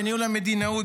בניהול המדינאות,